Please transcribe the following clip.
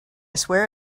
swear